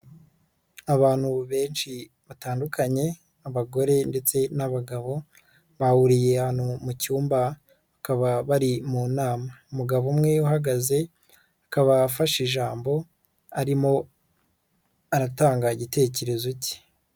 Abantu benshi batandukanye abagore ndetse n'abagabo bahuriye ahantu mu cyumba akaba bari mu nama, umugabo umwe uhagaze akaba afashe ijambo arimo aratanga igitekerezo cye.